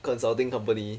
consulting company